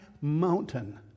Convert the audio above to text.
mountain